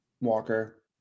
Walker